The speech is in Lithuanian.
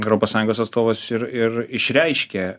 europos sąjungos atstovas ir ir išreiškė